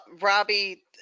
Robbie